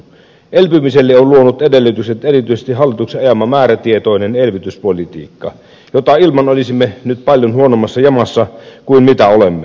elpymiselle on luonut edellytykset erityisesti hallituksen ajama määrätietoinen elvytyspolitiikka jota ilman olisimme nyt paljon huonommassa jamassa kuin mitä olemme